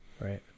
Right